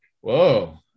whoa